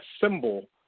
symbol